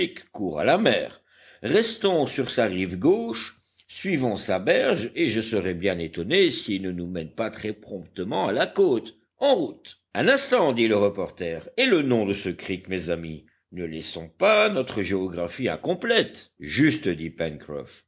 court à la mer restons sur sa rive gauche suivons sa berge et je serai bien étonné s'il ne nous mène pas très promptement à la côte en route un instant dit le reporter et le nom de ce creek mes amis ne laissons pas notre géographie incomplète juste dit